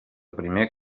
primer